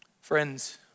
Friends